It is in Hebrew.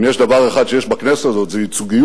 אם יש דבר אחד שיש בכנסת הזאת זה ייצוגיות.